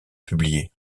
publié